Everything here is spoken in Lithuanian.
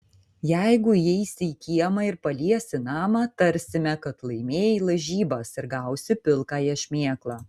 jeigu įeisi į kiemą ir paliesi namą tarsime kad laimėjai lažybas ir gausi pilkąją šmėklą